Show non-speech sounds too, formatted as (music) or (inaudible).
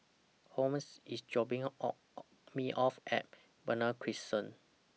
Holmes IS dropping (unintelligible) Me off At Benoi Crescent